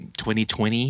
2020